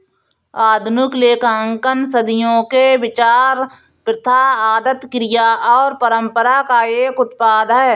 आधुनिक लेखांकन सदियों के विचार, प्रथा, आदत, क्रिया और परंपरा का एक उत्पाद है